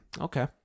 Okay